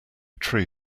tree